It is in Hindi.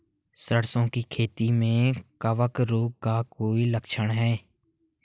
सरसों की खेती में कवक रोग का कोई लक्षण है?